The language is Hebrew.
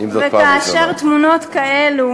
וכאשר תמונות כאלה